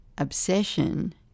Obsession